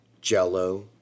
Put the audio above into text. jello